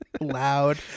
loud